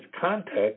context